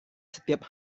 setiap